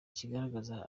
kigaragaza